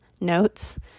notes